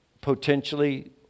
potentially